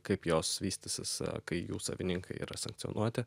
kaip jos vystysis kai jų savininkai yra sankcionuoti